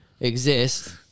exist